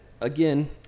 again